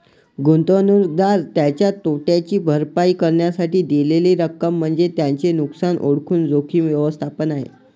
गुंतवणूकदार त्याच्या तोट्याची भरपाई करण्यासाठी दिलेली रक्कम म्हणजे त्याचे नुकसान ओळखून जोखीम व्यवस्थापन आहे